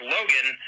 Logan